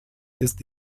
ist